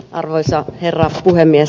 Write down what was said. arvoisa herra puhemies